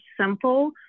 simple